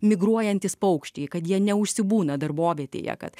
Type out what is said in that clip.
migruojantys paukščiai kad jie neužsibūna darbovietėje kad